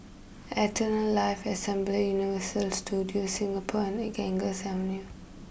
Eternal Life Assembly Universal Studios Singapore and Ganges Avenue